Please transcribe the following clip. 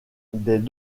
des